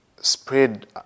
spread